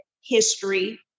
history